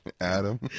Adam